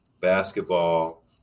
basketball